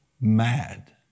mad